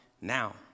now